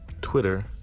Twitter